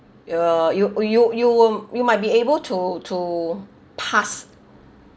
you you you you won't you might be able to to pass